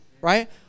Right